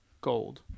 gold